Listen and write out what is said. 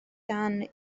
dan